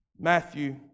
Matthew